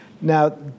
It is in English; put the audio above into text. Now